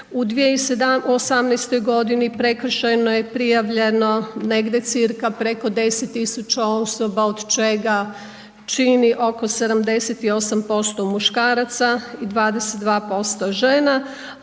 u 2018. g. prekršajno je prijavljeno negdje cca. preko 10 tisuća osoba, od čega čini oko 78% muškaraca i 22% žena,